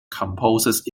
composes